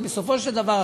ובסופו של דבר,